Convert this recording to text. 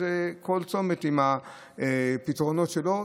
כל צומת עם הפתרונות שלו.